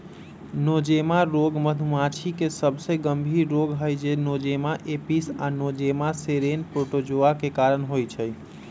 Nosema रोग मधुमाछी के सबसे गंभीर रोग हई जे नोज़ेमा एपिस आ नोज़ेमा सेरेने प्रोटोज़ोआ के कारण होइ छइ